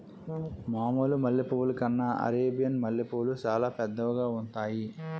మామూలు మల్లె పువ్వుల కన్నా అరేబియన్ మల్లెపూలు సాలా పెద్దవిగా ఉంతాయి